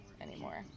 anymore